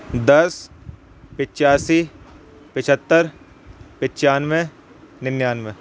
دس پچاسی پچہتر پچانوے ننیانوے